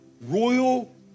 Royal